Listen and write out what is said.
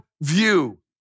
view